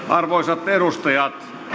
arvoisat edustajat